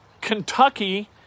Kentucky